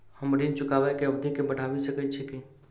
हम ऋण चुकाबै केँ अवधि केँ बढ़ाबी सकैत छी की?